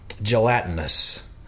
gelatinous